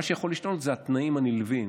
מה שיכול להשתנות זה התנאים הנלווים,